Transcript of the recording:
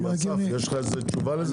אסף, יש לך איזה תשובה לזה?